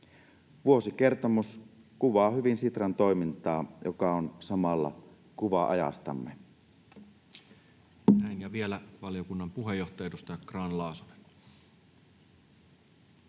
Vuosikertomus kuvaa hyvin Sitran toimintaa, joka on samalla kuva ajastamme. Näin. — Ja vielä valiokunnan puheenjohtaja, edustaja Grahn-Laasonen.